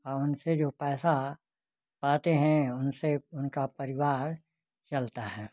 अब हमसे जो पैसा पाते हैं उनसे उनका परिवार चलता है